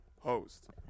host